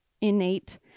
innate